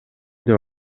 деп